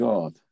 God